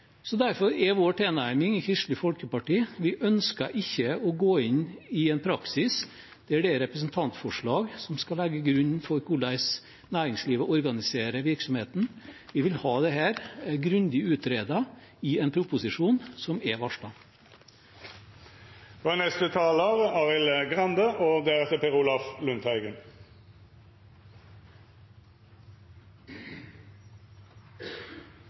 så lange at f.eks. restriktive bestemmelser om hvorledes en beregner gjennomsnittlig arbeidstid kan få veldig negative utslag. Derfor er Kristelig Folkepartis tilnærming den at vi ikke ønsker å gå inn i en praksis der det er representantforslag som skal berede grunnen for hvorledes næringslivet organiserer virksomheten. Vi vil ha dette grundig utredet i en proposisjon, som er varslet. Det har vært en lang og